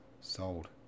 sold